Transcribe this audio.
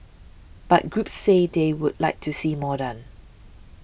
but groups say they would like to see more done